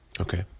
Okay